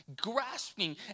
Grasping